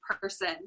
person